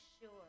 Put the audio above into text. sure